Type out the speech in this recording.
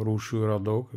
rūšių yra daug